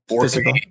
physical